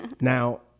now